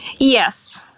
Yes